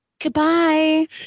Goodbye